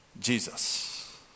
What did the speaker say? Jesus